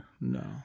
no